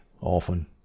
often